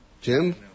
Jim